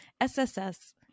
SSS